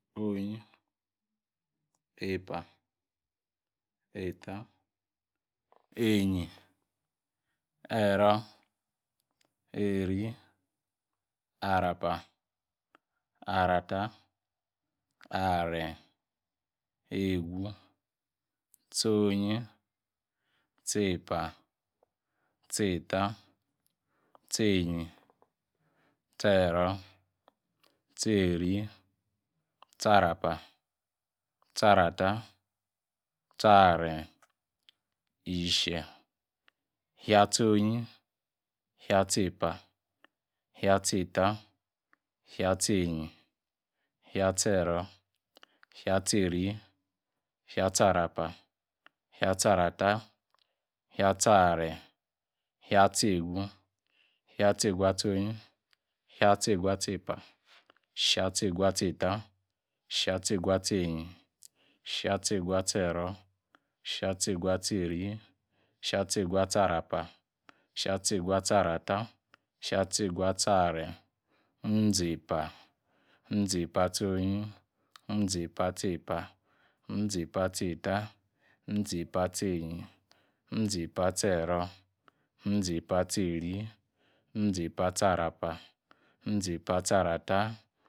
Onyi, epa, eta. einyin, eiro, eiri, arapa, aratar, aranyi, egu, tsionyi. tsiepa, tsieta, tsienyi. tsiera, tsieri, tsarapa, tsiarata, tsiaranyi, ishie, ishie atonyi, isie atiepa, ishie-atieta, ishie-atienyin, ishie-atiero, ishie-ateiri, ishie atiarapa, ishie-atiarata, ishie-ateirnyi, ishie-atiugu, ishie-ategu-ationyi, ishie-ategu-atiepa, ishie-ategu-atieta, ishie-atiegu-ateinyin, ishie-atiegu-atiero, ishie-ategu-ateiri, ishie-atiegu-atiarapa, ishie-ategu-atiara ta ishie-ategu-ataranyi. mmzi epa, mzi-epa-atie-onyi, mzi-epa-atienyin, mzi-epa-atiero, mzi-apa-atieri, mzi-epa-atiarapa, mzi-epa-atiarata.